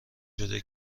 شده